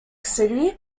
city